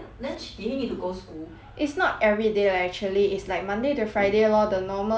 it's not everyday lah actually it's like monday to friday lor the normal working hours lah